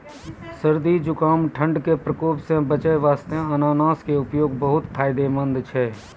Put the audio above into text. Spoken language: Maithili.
सर्दी, जुकाम, ठंड के प्रकोप सॅ बचै वास्तॅ अनानस के उपयोग बहुत फायदेमंद छै